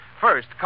First